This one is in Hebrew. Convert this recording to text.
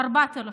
4,000,